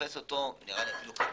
שתופס אותו, נראה לי אפילו קצין,